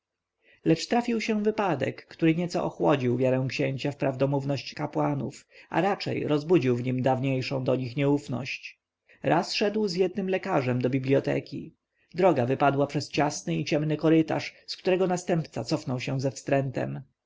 lecz trafił się wypadek który nieco ochłodził wiarę księcia w prawdomówność kapłanów a raczej rozbudził w nim dawniejszą do nich nieufność raz szedł z jednym lekarzem do bibljoteki droga wypadła przez ciasny i ciemny korytarz z którego następca cofnął się ze wstrętem